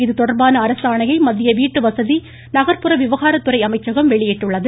இதுதொடர்பான அரசாணையை மத்திய வீட்டு வசதி நகர்ப்புற விவகாரத்துறை அமைச்சகம் வெளியிட்டுள்ளது